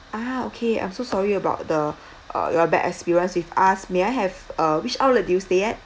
ah okay I'm so sorry about the uh your bad experience with us may I have uh which outlet did you stayed at